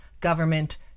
Government